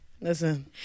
listen